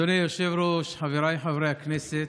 אדוני היושב-ראש, חבריי חברי הכנסת,